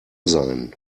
sein